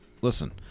listen